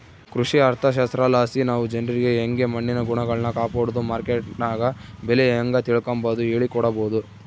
ಕೃಷಿ ಅರ್ಥಶಾಸ್ತ್ರಲಾಸಿ ನಾವು ಜನ್ರಿಗೆ ಯಂಗೆ ಮಣ್ಣಿನ ಗುಣಗಳ್ನ ಕಾಪಡೋದು, ಮಾರ್ಕೆಟ್ನಗ ಬೆಲೆ ಹೇಂಗ ತಿಳಿಕಂಬದು ಹೇಳಿಕೊಡಬೊದು